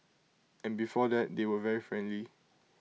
and before that they were very friendly